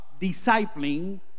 discipling